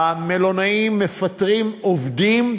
המלונאים מפטרים עובדים,